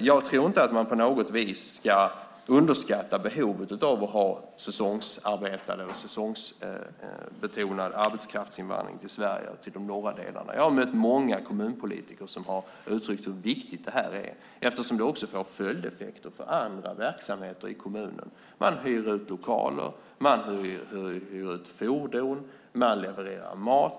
Jag tror inte att man på något vis ska underskatta behovet av att ha säsongsarbetare eller säsongsbetonad arbetskraftsinvandring till Sverige till de norra delarna. Jag har mött många kommunpolitiker som har uttryckt hur viktigt det här är eftersom det får följdeffekter på andra verksamheter i kommunerna. Man hyr ut lokaler, hyr ut fordon och levererar mat.